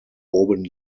oben